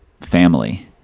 family